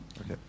Okay